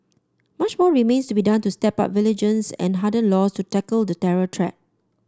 much more remains to be done to step up vigilance and harden laws to tackle the terror check